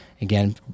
again